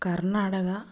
Karnataka